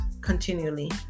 continually